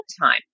time